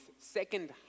second